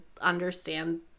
understand